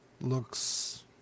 looks